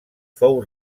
fou